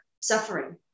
suffering